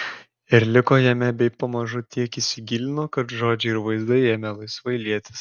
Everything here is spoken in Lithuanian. ir liko jame bei pamažu tiek įsigilino kad žodžiai ir vaizdai ėmė laisvai lietis